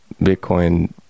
Bitcoin